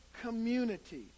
community